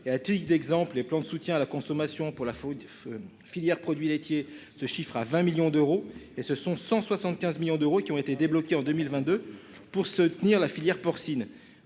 et à titre d'exemple, les plans de soutien à la consommation pour la fouille de filière produits laitiers se chiffre à 20 millions d'euros et ce sont 175 millions d'euros qui ont été débloqués en 2022 pour se tenir la filière porcine.